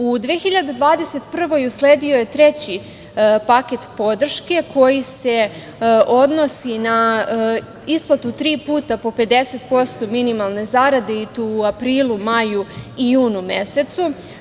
U 2021. godini usledio je treći paket podrške koji se odnosi na isplatu tri puta po 50% minimalne zarade i to u aprilu, maju i junu mesecu.